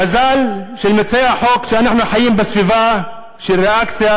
מזלם של מציעי החוק שאנחנו חייבים בסביבה של ריאקציה.